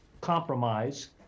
compromise